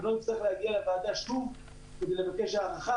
ולא נצטרך להגיע לוועדה שוב כדי לבקש הארכה.